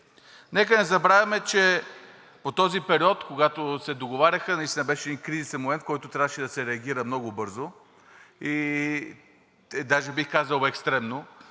Нека не забравяме, че в този период, когато се договаряха, наистина беше един кризисен момент, в който трябваше да се реагира много бързо и даже, бих казал, екстремно.